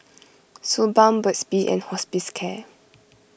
Suu Balm Burt's Bee and